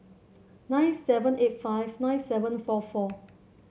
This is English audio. nine seven eight five nine seven eight four four